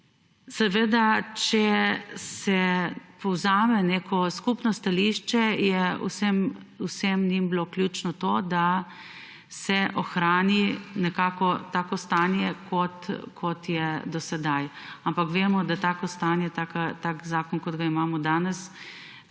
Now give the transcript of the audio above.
salonov. Če se povzame neko skupno stališče, je vsem njim bilo ključno to, da se ohrani takšno stanje, kot je do sedaj, ampak vemo, da takšno stanje, takšen zakon, kot ga imamo danes,